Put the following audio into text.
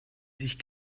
sich